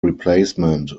replacement